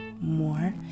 more